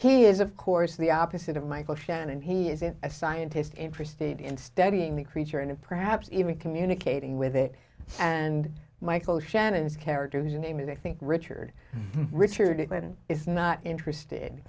he is of course the opposite of michael shannon he is in a scientist interested in studying the creature and perhaps even communicating with it and michael shannon's character you name it i think richard richard land is not interested